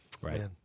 Right